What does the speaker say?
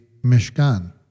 Mishkan